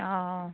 অঁ